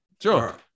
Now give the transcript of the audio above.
sure